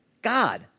God